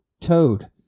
Toad